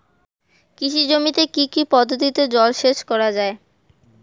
কৃষি জমিতে কি কি পদ্ধতিতে জলসেচ করা য়ায়?